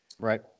Right